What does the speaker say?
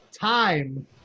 time